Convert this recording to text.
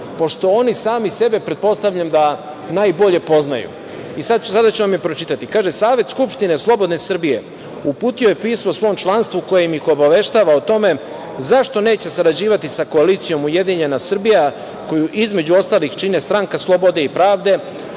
Pošto oni sami sebe, pretpostavljam, da najbolje poznaju i sada ću vam je pročitati – kaže savet skupštine Slobodne Srbije uputio je pismo svom članstvu u kojem ih obaveštava o tome zašto neće sarađivati sa koalicijom Ujedinjena Srbija koju između ostalih čine SSP, DS, Narodna